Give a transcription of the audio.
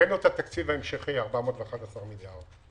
הבאנו את התקציב ההמשכי 411 מיליון.